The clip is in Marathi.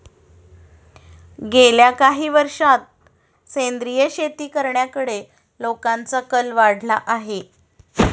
गेल्या काही वर्षांत सेंद्रिय शेती करण्याकडे लोकांचा कल वाढला आहे